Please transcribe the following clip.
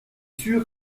sûr